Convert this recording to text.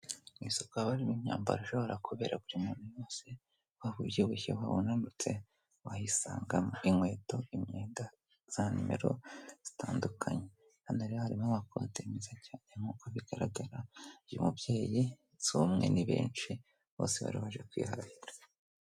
Ku isoko harimo imyambaro ishobora kubera buri muntu wese waba ubyibushye waba unanutse wayisangamo. Inkweto, imyenda za nimero zitandukanye, hano rero harimo amakote meza cyane nkuko bigaragara by'umubyeyi si umwe ni benshi bose bari baje kwiharirara.